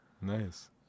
Nice